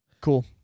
cool